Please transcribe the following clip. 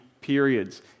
periods